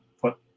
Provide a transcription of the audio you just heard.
put